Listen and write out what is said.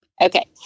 Okay